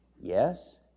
Yes